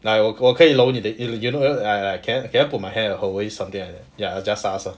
like 我可以搂你的 you know like like can I put my hand on your waist something like that ya I just ask her